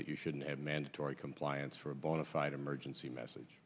that you shouldn't have mandatory compliance for a bonafide emergency mess